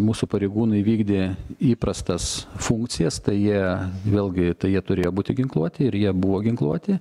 mūsų pareigūnai vykdė įprastas funkcijas tai jie vėlgi tai jie turėjo būti ginkluoti ir jie buvo ginkluoti